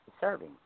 serving